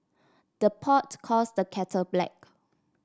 the pot calls the kettle black